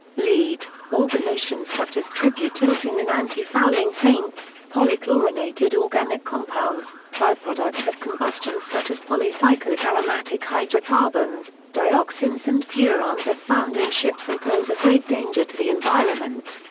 lead, organotins such as tributyltin in anti-fouling paints, polychlorinated organic compounds, by-products of combustion such as polycyclic aromatic hydrocarbons dioxins and furans are found in ships and pose a great danger to the environment.